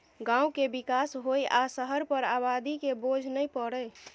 गांव के विकास होइ आ शहर पर आबादी के बोझ नइ परइ